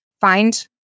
find